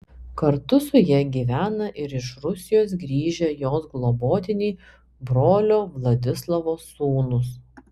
kartu su ja gyvena ir iš rusijos grįžę jos globotiniai brolio vladislovo sūnūs